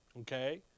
okay